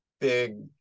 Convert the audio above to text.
big